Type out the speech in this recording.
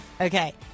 Okay